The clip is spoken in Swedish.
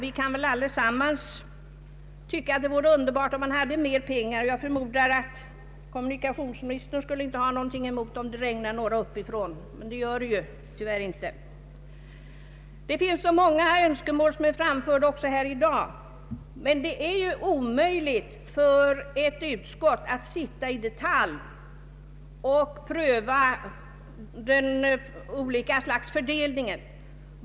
Vi kan väl allesammans tycka att det vore underbart, om vi hade mera pengar. Jag förmodar att kommunikationsministern inte skulle ha någonting emot om det regnade pengar uppifrån, men det gör det nu tyvärr inte. Många önskemål har också framförts här i dag, men det är omöjligt för ett utskott att i detalj pröva olika anslags fördelningar.